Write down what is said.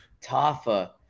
Tafa